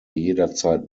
jederzeit